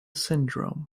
syndrome